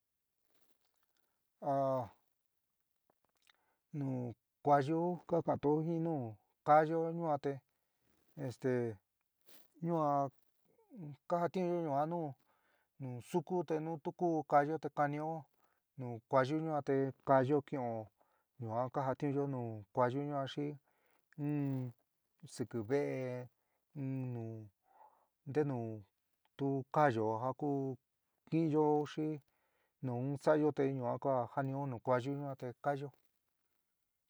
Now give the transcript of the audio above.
nu kuayú kaka'antó, jin nu kaáyo ñua te esté ñua kajatiunyo ñua nu nu suúku te nu tu ku kaáyo te kanió nu kuayu ñuan te kaáyo kin'ó ñua kajatiunyo nu kuáyu yuan xi in sɨkiveé nu ntenú tuú kaáyo ja kuú tínyó xi nu saáyo te ñua kua jánio nu kuayu yuan te kaáyo.